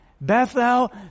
Bethel